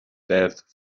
death